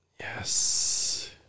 Yes